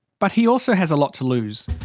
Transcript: but he also has a lot to lose.